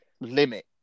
limit